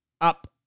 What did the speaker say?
up